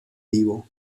vivo